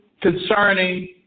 concerning